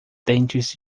dentes